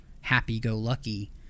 happy-go-lucky